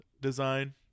design